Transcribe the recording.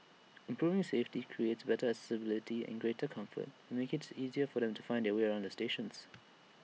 improving safety creating better accessibility in greater comfort and making IT easier for them to find their way around the stations